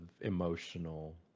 emotional